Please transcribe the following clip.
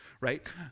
Right